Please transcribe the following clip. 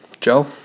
Joe